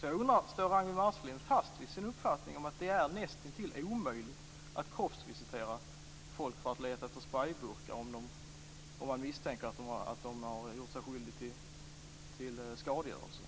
Jag undrar om Ragnwi Marcelind står fast vid sin uppfattning att det är näst intill omöjligt att kroppsvisitera folk för att leta efter sprejburkar, om man misstänker att de har gjort sig skyldiga till skadegörelse.